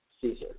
Caesar